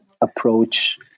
approach